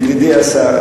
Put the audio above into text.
ידידי השר,